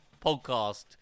podcast